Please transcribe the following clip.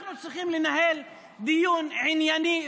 אנחנו צריכים לנהל דיון ענייני,